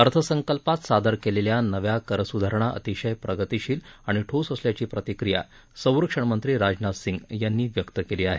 अर्थसंकल्पात सादर केलेल्या नव्या कर सुधारणा अतिशय प्रगतीशील आणि ठोस असल्याची प्रतिक्रिया संरक्षण मंत्री राजनाथ सिंग यांनी व्यक्त केली आहे